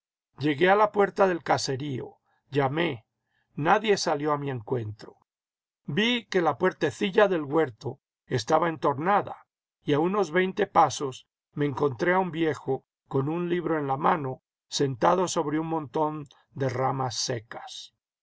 llegué a la puerta del caserío llamé nadie salió a mi encuentro vi que la puertecilla del huerto estaba entornada y a unos veinte pasos me encontré a un viejo con un libro en la mano sentado sobre un montón de ramas secas